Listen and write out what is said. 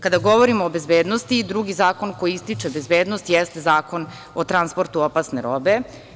Kada govorimo o bezbednosti, drugi zakon koji ističe bezbednost jeste Zakon o transportu opasne robe.